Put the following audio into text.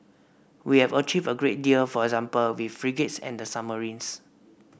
we have achieved a great deal for example with frigates and the submarines